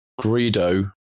Greedo